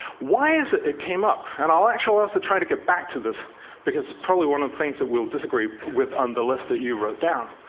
why is it it came up? and i'll actually also try to get back to this because it's probably one of the things that we'll disagree with on the list that you wrote down.